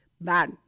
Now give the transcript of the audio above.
bad